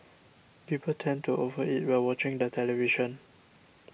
people tend to over eat while watching the television